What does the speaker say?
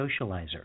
Socializer